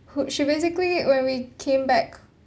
who she basically when we came back